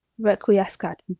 requiescat